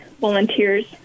volunteers